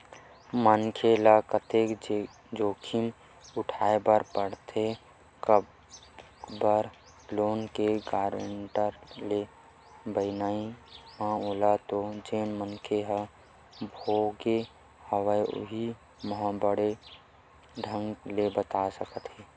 मनखे ल कतेक जोखिम उठाय बर परथे कखरो लोन के गारेंटर के बनई म ओला तो जेन मनखे ह भोगे हवय उहीं ह बने ढंग ले बता सकत हे